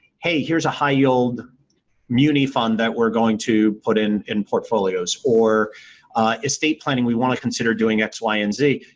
hey, here's a high yield muni fund that we're going to put in in portfolios or estate planning, we want to consider doing x, y and z,